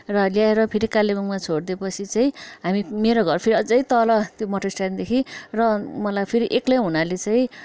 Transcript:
र ल्याएर फेरि कालेबुङमा छोडिदिएपछि चाहिँ हामी मेरो घर फेरि अझै तल त्यो मोटर स्ट्यान्डदेखि र फेरि मलाई एक्लै हुनाले चाहिँ